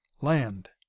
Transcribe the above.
Land